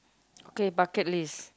okay bucket list